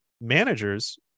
managers